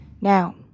Now